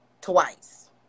twice